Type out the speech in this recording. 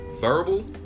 verbal